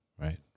Right